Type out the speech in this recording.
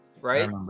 right